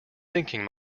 thinking